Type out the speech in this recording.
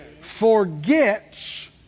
Forgets